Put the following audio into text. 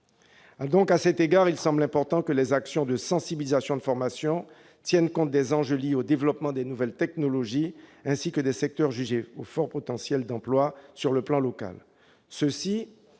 Il nous semble donc important que les actions de sensibilisation et de formation tiennent compte des enjeux liés au développement des nouvelles technologies, ainsi que des secteurs jugés à fort potentiel d'emplois sur le plan local,